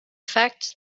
fact